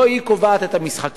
לא היא קובעת את המשחקים.